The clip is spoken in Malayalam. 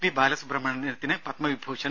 പി ബാലസുബ്രഹ്മണ്യത്തിന് പത്മവിഭൂഷൺ